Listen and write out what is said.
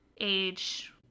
age